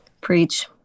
preach